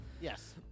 Yes